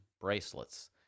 bracelets